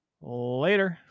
Later